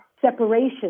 separation